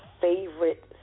favorite